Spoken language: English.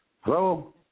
Hello